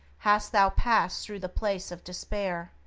hast thou passed through the place of despair?